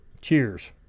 cheers